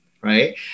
right